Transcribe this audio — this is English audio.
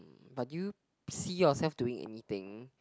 but do you see yourself doing anything